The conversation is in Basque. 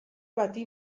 bati